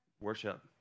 Worship